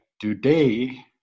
Today